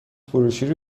بروشوری